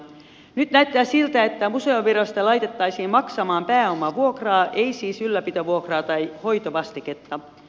nyt näyttää siltä että museovirasto laitettaisiin maksamaan pääomavuokraa ei siis ylläpitovuokraa tai hoitovastiketta